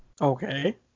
okay